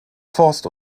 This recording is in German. forst